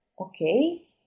okay